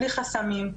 בלי חסמים,